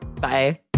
Bye